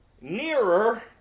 nearer